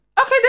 okay